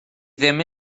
ddim